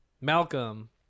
malcolm